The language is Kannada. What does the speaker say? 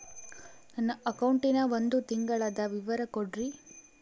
ನನ್ನ ಅಕೌಂಟಿನ ಒಂದು ತಿಂಗಳದ ವಿವರ ಕೊಡ್ರಿ?